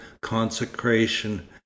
consecration